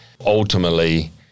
Ultimately